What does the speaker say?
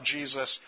Jesus